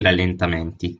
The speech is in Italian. rallentamenti